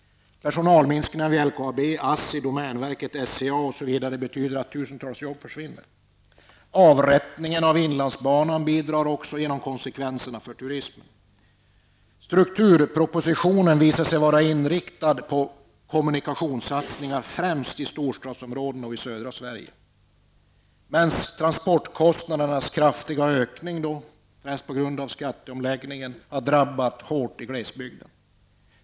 Personalminskningar vid LKAB, ASSI, domänverket, SCA osv. betyder att tusentals jobb försvinner. Avrättningen av inlandsbanan ger också konsekvenser för turismen. Strukturpropositionen visade sig vara inriktad på kommunikationssatsningar främst i storstadsområdena och i södra Sverige. Transportkostnadernas kraftiga ökning, främst på grund av skatteomläggningen, har drabbat hårt i glesbygden.